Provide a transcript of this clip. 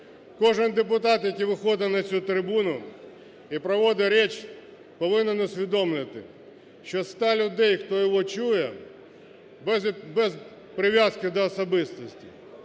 Кожен депутат, який виходить на цю трибуну і проводить речь, повинен усвідомлювати, що зі 100 людей, хто його чує, без прив'язки до особистості,